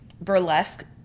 burlesque